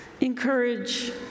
Encourage